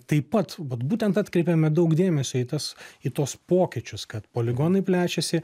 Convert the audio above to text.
taip pat vat būtent atkreipiame daug dėmesio į tas į tuos pokyčius kad poligonai plečiasi